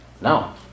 No